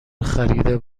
خریده